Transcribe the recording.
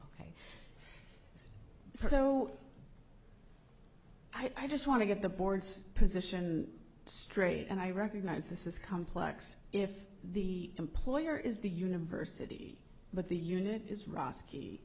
for so i just want to get the board's position straight and i recognize this is complex if the employer is the university but the unit is ros